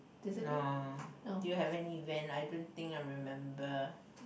no do you have any event I don't think I remember